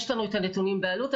יש לנו את הנתונים באלו"ט,